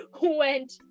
went